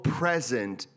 present